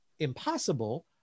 Impossible